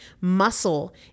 Muscle